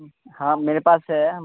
हाँ मेरे पास है